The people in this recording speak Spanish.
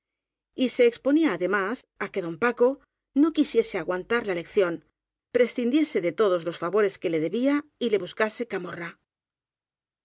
perdulario y se exponía ade más á que don paco no quisiese aguantar la lec ción prescindiese de todos los favores que le debía y le buscase camorra